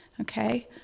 Okay